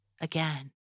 again